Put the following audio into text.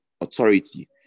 authority